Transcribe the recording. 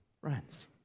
Friends